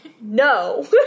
No